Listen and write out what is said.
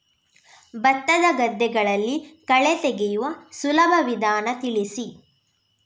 ಭತ್ತದ ಗದ್ದೆಗಳಲ್ಲಿ ಕಳೆ ತೆಗೆಯುವ ಸುಲಭ ವಿಧಾನ ತಿಳಿಸಿ?